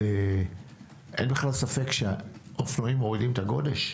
אין כלל ספק שהאופנועים מורידים את הגודש.